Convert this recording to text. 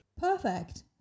Perfect